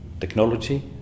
technology